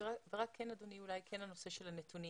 אדוני, אולי כן הנושא של הנתונים.